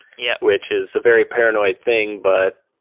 yeah which is a very paranoid thing, but